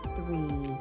three